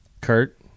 Kurt